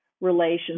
relations